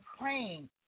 praying